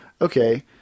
okay